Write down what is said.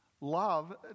love